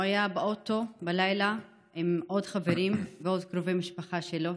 היה באוטו בלילה עם עוד חברים ועוד קרובי משפחה שלו,